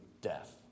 death